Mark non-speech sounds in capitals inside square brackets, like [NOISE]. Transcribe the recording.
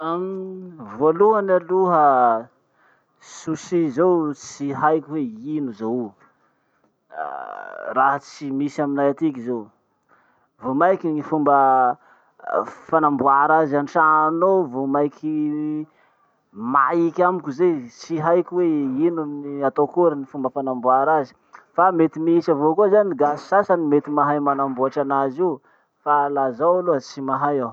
[NOISE] Voalohany aloha, sushi zao tsy haiko hoe ino zao. Raha tsy misy aminay atiky zao. Vomaiky gny fomba fanamboara azy antrano ao vomaiky maiky amiko zay. Tsy haiko hoe ino ny- atao akory ny fomba fanamboara azy. Fa mety misy avao koa zany gasy sasany mety mahay manamboatry anazy io fa la zaho aloha tsy mahay aho.